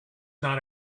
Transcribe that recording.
not